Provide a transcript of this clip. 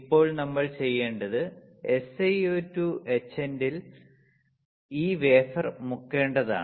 ഇപ്പോൾ നമ്മൾ ചെയ്യേണ്ടത് SiO2 etchant ൽ ഈ വേഫർ മുക്കേണ്ടതാണ്